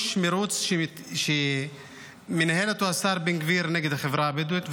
יש מרוץ שמנהל אותו השר בן גביר נגד החברה הבדואית,